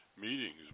meetings